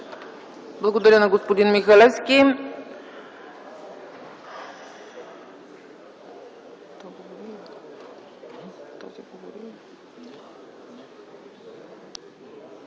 Благодаря, господин Михалевски.